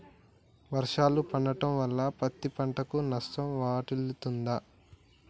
వర్షాలు పడటం వల్ల పత్తి పంటకు నష్టం వాటిల్లుతదా?